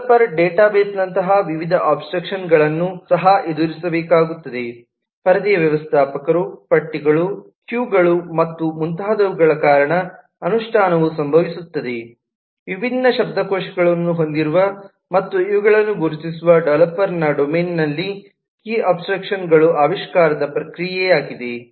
developer ಡೇಟಾಬೇಸ್ನಂತಹ ವಿವಿಧ abstraction ಗಳನ್ನು ಸಹ ಎದುರಿಸಬೇಕಾಗುತ್ತದೆ ಪರದೆಯ ವ್ಯವಸ್ಥಾಪಕರು ಪಟ್ಟಿಗಳು ಕ್ಯೂಗಳು ಮತ್ತು ಮುಂತಾದವುಗಳ ಕಾರಣ ಅನುಷ್ಠಾನವು ಸಂಭವಿಸುತ್ತದೆ ವಿಭಿನ್ನ ಶಬ್ದಕೋಶವನ್ನು ಹೊಂದಿರುವ ಮತ್ತು ಇವುಗಳನ್ನು ಗುರುತಿಸುವ ಡೆವಲಪರ್ನ ಡೊಮೇನ್ನನಲ್ಲಿ ಕೀ ಅಬ್ಸ್ಟ್ರಾಕ್ಷನ್ ಗಳು ಆವಿಷ್ಕಾರದ ಪ್ರಕ್ರಿಯೆಯಾಗಿದೆ